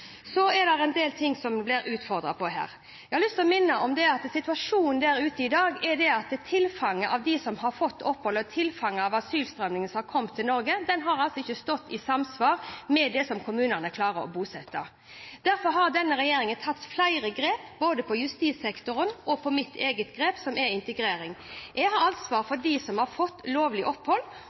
å minne om at situasjonen i dag er den at tilfanget av dem som har fått opphold, og tilfanget av asylstrømmen til Norge, har ikke stått i samsvar med det som kommunene klarer når det gjelder bosetting. Derfor har denne regjeringen tatt flere grep, både på justissektoren og på mitt område, som er integrering. Jeg har ansvar for dem som har fått lovlig opphold,